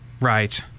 Right